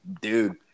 dude